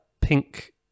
pink